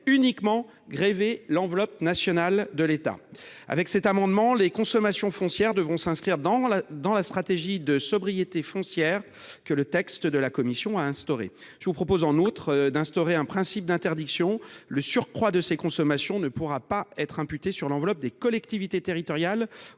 uniquement sur l’enveloppe de l’État. Ainsi, les consommations foncières devront s’inscrire dans la stratégie de sobriété foncière que le texte de la commission a instaurée. Je propose en outre d’instaurer un principe d’interdiction : le surcroît de consommations ne pourra pas être imputé sur l’enveloppe des collectivités territoriales